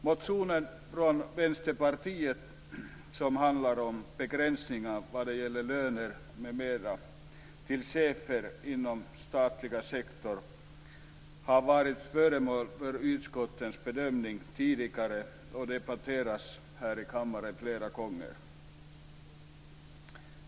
Motionen från Vänsterpartiet som handlar om begränsningar av löner m.m. till chefer inom den statliga sektorn har varit föremål för utskottets bedömning tidigare, och debatterats här i kammaren flera gånger.